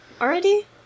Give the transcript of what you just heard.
already